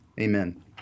Amen